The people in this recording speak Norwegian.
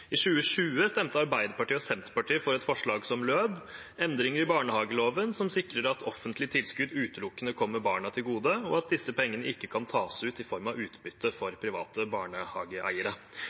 I 2020 stemte Arbeiderpartiet og Senterpartiet for et forslag som lød: «… endringer i barnehageloven, slik at offentlige tilskudd utelukkende kommer barna til gode, og at disse pengene ikke kan tas ut i form av utbytte for private barnehageeiere».